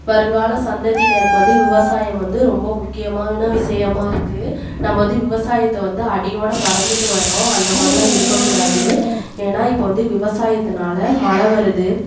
வருங்கால சந்ததியினருக்கு வந்து விவசாயம் வந்து ரொம்ப முக்கியமான விஷயமாருக்கு நம்ம வந்து விவசாயத்தை வந்து அடியோடு மறந்துட்டு வர்றோம் அந்தமாதிரிலாம் இருக்கக்கூடாது ஏன்னால் இப்போ வந்து விவசாயத்துனால் மழை வருது